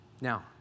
Now